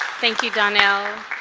thank you donnell